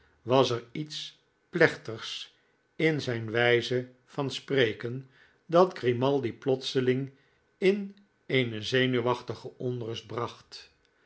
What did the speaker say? was er iets plechtigs in zijn wijze van spreken dat grimaldi plotseling in eene zenuwachtige onrust bracht